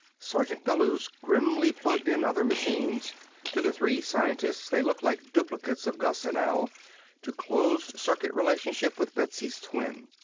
sergeant bellews grimly plugged in other machines to the three scientists they looked like duplicates of gus and al to closed-circuit relationship with betsy's twin.